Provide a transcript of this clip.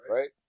Right